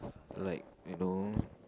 like you know